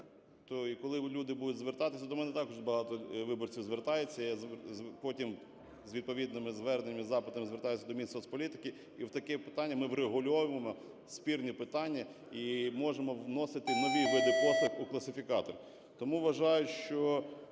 коли люди будуть звертатися, до мене також багато виборців звертається, я потім з відповідними зверненнями-запитами звертаюся до Мінсоцполітики, і такі питання ми врегульовуємо, спірні питання, і можемо вносити нові види послуг у класифікатор. Тому вважаю, що